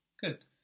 Good